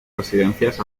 residencias